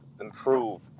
improve